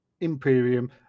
Imperium